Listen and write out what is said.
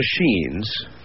machines